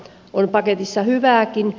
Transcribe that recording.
on paketissa hyvääkin